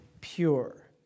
pure